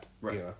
Right